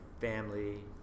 Family